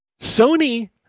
Sony